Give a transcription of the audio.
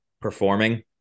performing